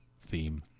theme